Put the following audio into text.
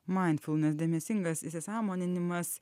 mainfulnas dėmesingas įsisąmoninimas